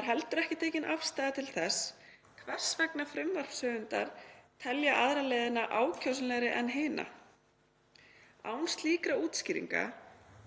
er heldur ekki tekin „afstaða til þess hvers vegna frumvarpshöfundar telja aðra leiðina ákjósanlegri en hina. Án slíkra útskýringa